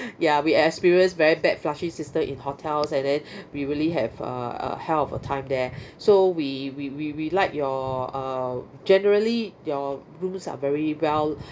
ya we experienced very bad flushing system in hotels and then we really have uh a hell of a time there so we we we we like your uh generally your rooms are very well